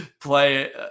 play